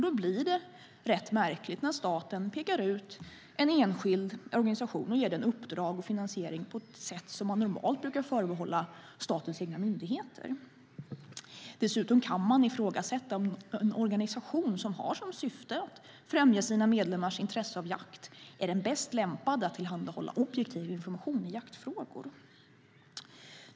Då blir det rätt märkligt när staten pekar ut en enskild organisation och ger den uppdrag och finansiering på ett sätt som normalt brukar förbehållas statens egna myndigheter. Dessutom kan man ifrågasätta om en organisation som har som syfte att främja sina medlemmars intresse av jakt är den bäst lämpade att tillhandahålla objektiv information i jaktfrågor.